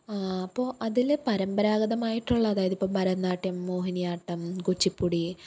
അപ്പോൾ അതിൽ പരമ്പരാഗതമായിട്ടുള്ളത് അതായതിപ്പം ഭരതനാട്യം മോഹിനിയാട്ടം കുച്ചിപ്പുടി